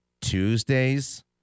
Tuesdays